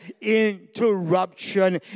interruption